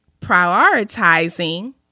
prioritizing